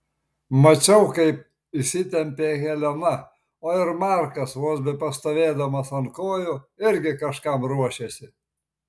mačiau kaip įsitempė helena o ir markas vos bepastovėdamas ant kojų irgi kažkam ruošėsi